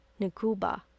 Nakuba